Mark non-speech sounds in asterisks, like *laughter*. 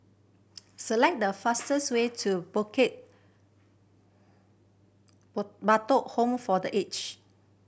select the fastest way to Bukit *unintelligible* Batok Home for The Age